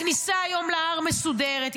והכניסה היום להר מסודרת.